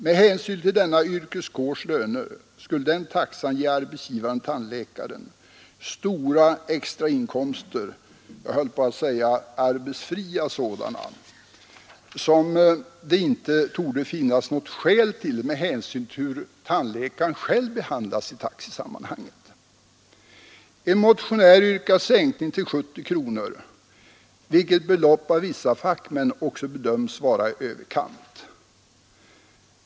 Med hänsyn till denna yrkeskårs löner skulle den taxan ge arbetsgivaren-tandläkaren stora extrainkomster — jag höll på att säga arbetsfria sådana, som det inte torde finnas något skäl till med hänsyn till hur tandläkaren själv behandlas i taxesammanhanget. En motionär yrkar på en sänkning till 70 kronor, vilket belopp av vissa fackmän bedöms vara i överkant.